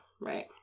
Right